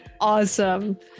Awesome